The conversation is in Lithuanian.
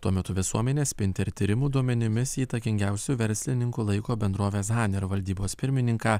tuo metu visuomenės spinter tyrimų duomenimis įtakingiausiu verslininku laiko bendrovės haner valdybos pirmininką